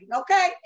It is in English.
okay